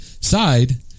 side